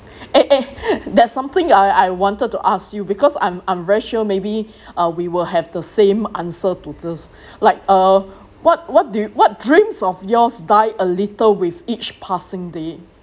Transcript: eh eh there's something I I wanted to ask you because I'm I'm very sure maybe uh we will have the same answer to this like uh what what do what dreams of yours die a little with each passing day